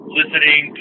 listening